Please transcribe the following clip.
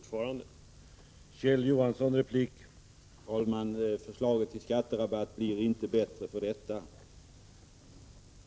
reduktion år 1985